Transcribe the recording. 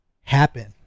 happen